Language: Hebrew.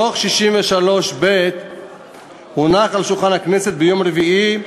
דוח 63ב הונח על שולחן הכנסת ביום רביעי,